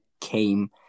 came